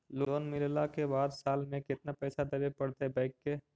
Loan मिलला के बाद साल में केतना पैसा देबे पड़तै बैक के?